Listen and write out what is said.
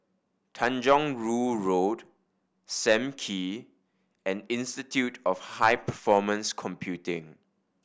Tanjong Rhu Road Sam Kee and Institute of High Performance Computing